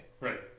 Right